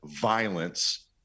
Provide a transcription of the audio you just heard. violence